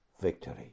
victory